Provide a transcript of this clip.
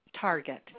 target